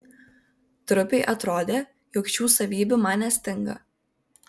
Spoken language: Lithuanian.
trupei atrodė jog šių savybių man nestinga